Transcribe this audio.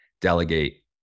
delegate